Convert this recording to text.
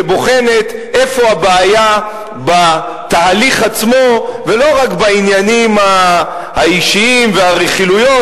שבוחנת איפה הבעיה בתהליך עצמו ולא רק בעניינים האישיים והרכילויות,